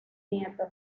nieto